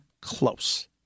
close